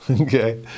Okay